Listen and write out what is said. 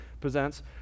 presents